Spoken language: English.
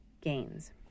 gains